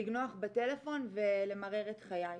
לגנוח בטלפון ולמרר את חיי.